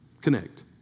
connect